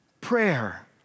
prayer